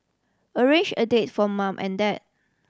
arrange a date for mum and dad